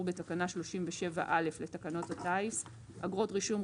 בתקנה 37(א) לתקנות הטיס (אגרות רישום,